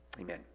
Amen